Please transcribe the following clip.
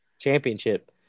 championship